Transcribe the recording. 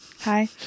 Hi